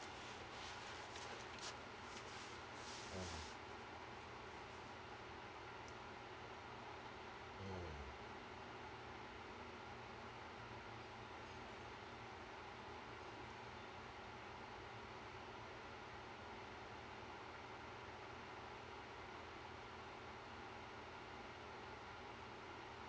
mm mm